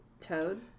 Toad